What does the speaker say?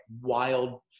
wild